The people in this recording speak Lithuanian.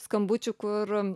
skambučių kur